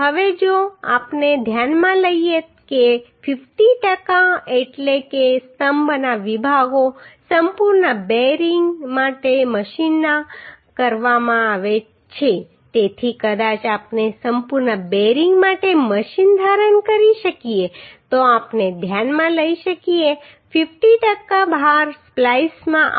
હવે જો આપણે ધ્યાનમાં લઈએ કે 50 ટકા એટલે કે સ્તંભના વિભાગો સંપૂર્ણ બેરિંગ માટે મશીન કરવામાં આવે છે તેથી કદાચ આપણે સંપૂર્ણ બેરિંગ માટે મશીન ધારણ કરી શકીએ તો આપણે ધ્યાનમાં લઈ શકીએ કે 50 ટકા ભાર સ્પ્લાઈસમાં આવશે